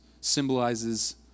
symbolizes